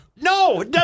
No